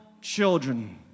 children